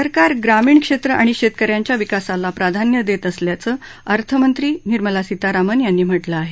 सरकार ग्रामीण क्षेत्र आणि शेतक यांच्या विकासाला प्राधान्य देत असल्याचं अर्थमंत्री निर्मला सीतारामन यांनी म्हटलं आहे